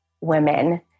women